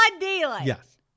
Yes